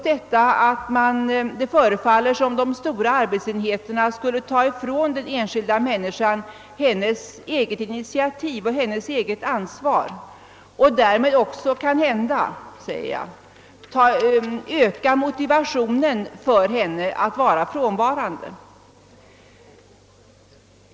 Det förefaller som om de stora arbetsenheterna skulle ta ifrån den enskilda människan hennes eget initiativ, hennes eget ansvar och därmed också kanhända — jag säger kanhända — ökar hennes motivation att vara frånvarande.